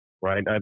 right